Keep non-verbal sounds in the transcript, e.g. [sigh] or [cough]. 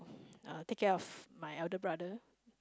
[breath] take care of my elder brother